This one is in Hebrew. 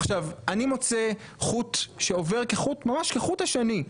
עכשיו אני מוצא חוט שעובר כחוט ממש כחוט השני,